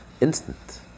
instant